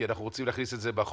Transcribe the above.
כי אנחנו רוצים להכניס את זה בחוק.